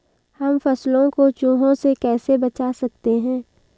हम फसलों को चूहों से कैसे बचा सकते हैं?